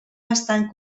bastant